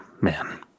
man